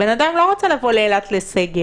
בן אדם לא רוצה לבוא לאילת לסגר,